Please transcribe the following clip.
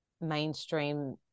mainstream